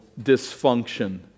dysfunction